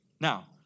Now